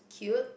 cute